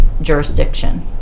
jurisdiction